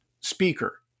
speaker